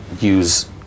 use